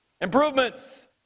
Improvements